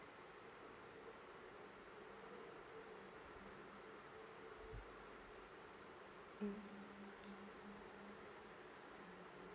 mm ah